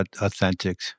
authentic